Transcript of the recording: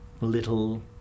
little